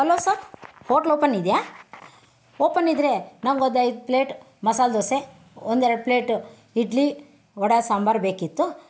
hello sir hotel open ಇದೆಯಾ open ಇದ್ದರೆ ನಂಗೊಂದೈದು ಪ್ಲೇಟ್ ಮಸಾಲೆ ದೋಸೆ ಒಂದೆರಡು ಪ್ಲೇಟ ಇಡ್ಲಿ ವಡೆ ಸಾಂಬಾರು ಬೇಕಿತ್ತು